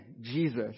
Jesus